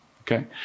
Okay